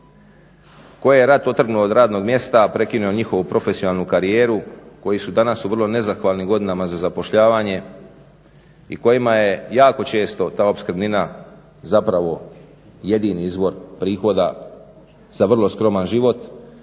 koje je rat otrgnuo od radnog mjesta, prekinuo njihovu profesionalnu karijeru, koji su danas u vrlo nezahvalnim godinama za zapošljavanje i kojima je jako često ta opskrbnina zapravo jedini izvor prihoda za vrlo skroman život.